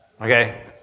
okay